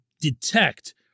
detect